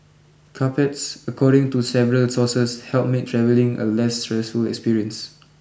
carpets according to several sources help make travelling a less stressful experience